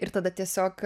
ir tada tiesiog